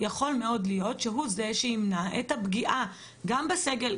יכול מאוד להיות שהוא זה שימנע את הפגיעה גם בסגל.